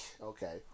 okay